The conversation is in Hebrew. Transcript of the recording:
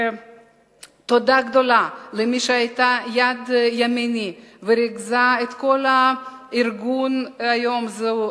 תודה גדולה למי שהיתה ידי ימיני וריכזה את כל ארגון היום הזה,